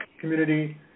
community